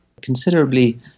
considerably